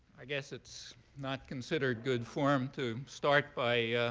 i guess it's not considered good form to start by